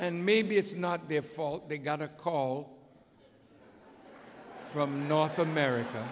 and maybe it's not their fault they got a call from north america